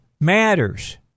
matters